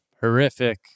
horrific